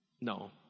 No